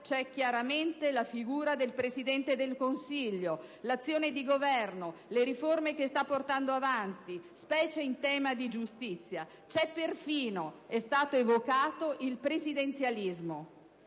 c'è chiaramente la figura del Presidente del Consiglio, l'azione di governo, le riforme che sta portando avanti, specie in tema di giustizia» C'è perfino - è stato evocato - il presidenzialismo.